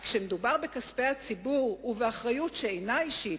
אך כשמדובר בכספי הציבור ובאחריות שאינה אישית,